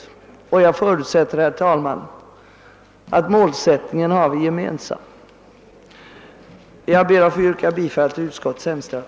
Jag förutsätter, herr talman, att målsättningen för oss är gemensam. Jag ber att få yrka bifall till utskottets hemställan.